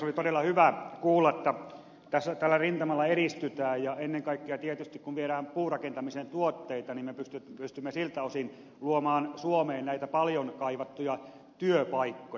oli todella hyvä kuulla että tällä rintamalla edistytään ja ennen kaikkea tietysti kun viedään puurakentamisen tuotteita niin me pystymme siltä osin luomaan suomeen näitä paljon kaivattuja työpaikkoja